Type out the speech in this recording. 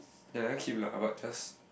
then lah keep like how about this